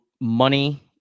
money